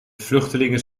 vluchtelingen